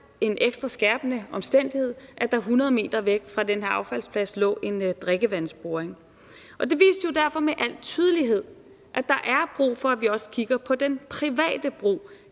en ekstra skærpende omstændighed, at der 100 m væk fra den her arbejdsplads lå en drikkevandsboring. Det viste jo med al tydelighed, at der er brug for, at vi også kigger på den private brug